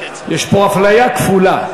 יש פה אפליה כפולה.